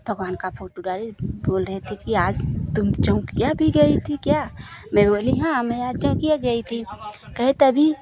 भगवान का फोटू डाली बोल रही थी कि आज तुम चौकिया भी गई थी क्या मैं बोली हाँ मैं आज चौकिया गई थी कहे तभी